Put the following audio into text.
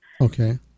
Okay